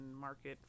market